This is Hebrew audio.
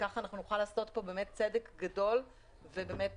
וכך נוכל לעשות צדק גדול ולא